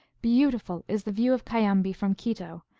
beautiful is the view of cayambi from quito,